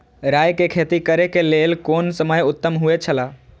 राय के खेती करे के लेल कोन समय उत्तम हुए छला?